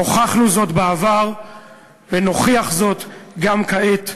הוכחנו זאת בעבר ונוכיח זאת גם כעת.